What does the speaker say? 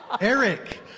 Eric